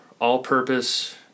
all-purpose